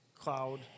cloud